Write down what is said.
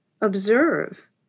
observe